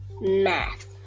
math